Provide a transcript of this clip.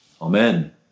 Amen